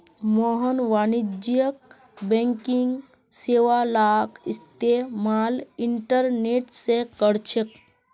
मोहन वाणिज्यिक बैंकिंग सेवालाक इस्तेमाल इंटरनेट से करछे